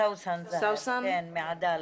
סאוסן מעדאללה.